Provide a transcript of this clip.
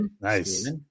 Nice